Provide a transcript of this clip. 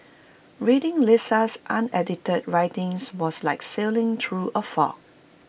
reading Lisa's unedited writings was like sailing through A fog